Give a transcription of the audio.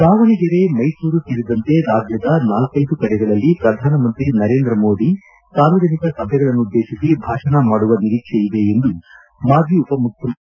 ದಾವಣಗೆರೆ ಮೈಸೂರು ಸೇರಿದಂತೆ ರಾಜ್ಯದ ನಾಲ್ಟೆದು ಕಡೆಗಳಲ್ಲಿ ಪ್ರಧಾನಮಂತ್ರಿ ನರೇಂದ್ರ ಮೋದಿ ಸಾರ್ವಜನಿಕ ಸಭೆಗಳನ್ನುದ್ದೇಶಿಸಿ ಭಾಷಣ ಮಾಡುವ ನಿರೀಕ್ಷೆ ಇದೆ ಎಂದು ಮಾಜಿ ಉಪಮುಖ್ಯಮಂತ್ರಿ ಆರ್